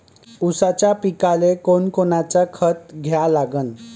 ऊसाच्या पिकाले कोनकोनचं खत द्या लागन?